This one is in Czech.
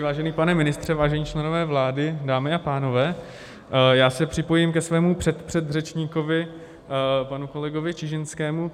Vážený pane ministře, vážení členové vlády, dámy a pánové, já se připojím ke svému předpředřečníkovi, panu kolegovi Čižinskému.